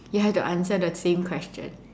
you have to answer the same question